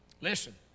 Listen